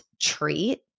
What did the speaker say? treat